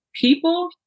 people